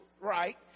right